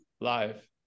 live